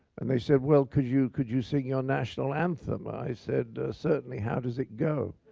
and they said, well, could you could you sing your national anthem? i said, certainly, how does it go?